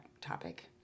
topic